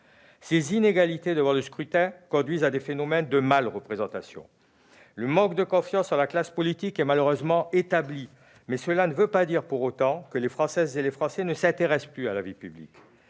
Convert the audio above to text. Ces inégalités devant le scrutin conduisent à des phénomènes de « mal-représentation ». Le manque de confiance envers la classe politique est malheureusement établi, mais cela ne veut pas dire pour autant que les Françaises et les Français ne s'intéressent plus à la vie publique.